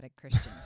Christians